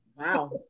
Wow